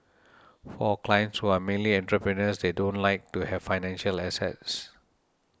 for our clients who are mainly entrepreneurs they don't like to have financial assets